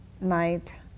night